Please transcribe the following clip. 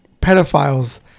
pedophiles